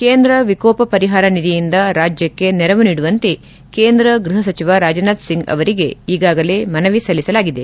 ಕೇಂದ್ರ ವಿಕೋಪ ಪರಿಹಾರ ನಿಧಿಯಿಂದ ರಾಜ್ಯಕ್ಷೆ ನೆರವು ನೀಡುವಂತೆ ಕೇಂದ್ರ ಗೃಹ ಸಚಿವ ರಾಜನಾಥ್ ಸಿಂಗ್ ಅವರಿಗೆ ಈಗಾಗಲೇ ಮನವಿ ಸಲ್ಲಿಸಲಾಗಿದೆ